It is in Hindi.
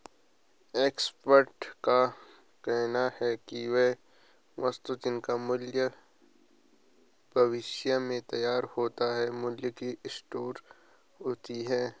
एक्सपर्ट का कहना है कि वे वस्तुएं जिनका मूल्य भविष्य में तय होता है मूल्य की स्टोर होती हैं